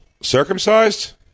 Circumcised